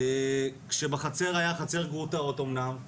והחצר הייתה חצר גרוטאות אומנם,